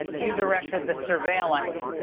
you directed the surveillance